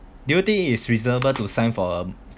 do you think is reasonable to sign for